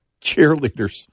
cheerleaders